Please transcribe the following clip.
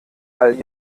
all